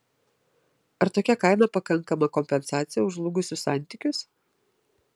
ar tokia kaina pakankama kompensacija už žlugusius santykius